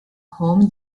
home